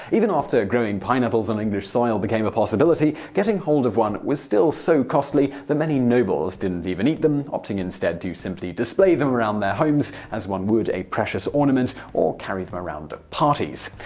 even after growing pineapples on english soil became a possibility, getting hold of one was still so costly that many nobles didn't eat them, opting instead to simply display them around their homes as one would a precious ornament or carry them around at parties.